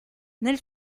nel